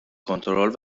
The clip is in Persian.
کنترل